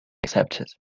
accepted